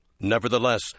Nevertheless